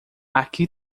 aqui